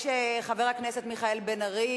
חבר הכנסת מיכאל בן-ארי